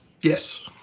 Yes